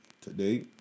today